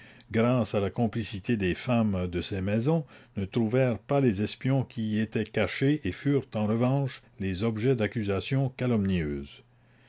grâce à la complicité des femmes de ces maisons ne trouvèrent pas les espions qui y étaient cachés et furent en revanche les objets d'accusations calomnieuses